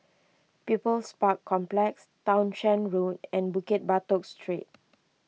People's Park Complex Townshend Road and Bukit Batok Street